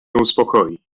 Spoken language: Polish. uspokoi